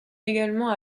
également